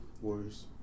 Warriors